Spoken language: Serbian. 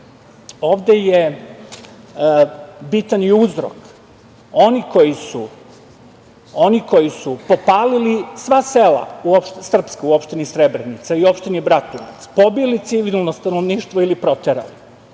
je bitan i uzrok. Oni koji su popalili sva srpska sela u opštini Srebrenica i opštini Bratunac, pobili civilno stanovništvo ili proterali,